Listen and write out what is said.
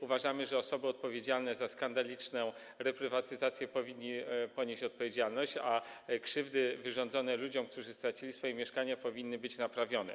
Uważamy, że osoby odpowiedzialne za skandaliczną reprywatyzację powinni ponieść odpowiedzialność, a krzywdy wyrządzone ludziom, którzy stracili swoje mieszkania, powinny być naprawione.